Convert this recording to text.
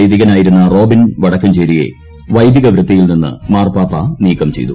വൈദികനായിരുന്ന Robin വടക്കുംചേരിയെ വൈദികവൃത്തിയിൽ നിന്ന് മാർപാപ്പ നീക്കം ചെയ്തു